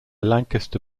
lancaster